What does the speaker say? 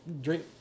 drink